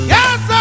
Yes